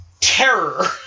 terror